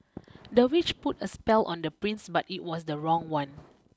the witch put a spell on the prince but it was the wrong one